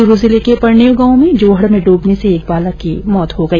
चुरु जिले के परनेउ गांव में जोहड़ में डूबने से एक बालक की मौत हो गई